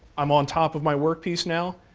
i'm on top of my work piece now,